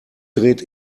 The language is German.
dreht